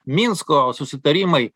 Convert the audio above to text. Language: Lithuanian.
minsko susitarimai